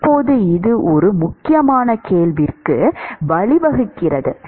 இப்போது இது ஒரு முக்கியமான கேள்விக்கு வழிவகுக்கிறது